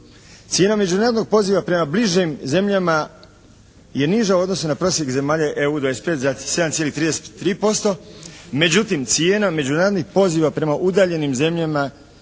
Cijena međunarodnog poziva prema bližim zemljama je niža u odnosu na prosjek zemalja EU 25 … /Govornik se ne razumije./ … 37,33%. Međutim cijena međunarodnih poziva prema udaljenim zemljama